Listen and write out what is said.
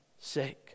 sake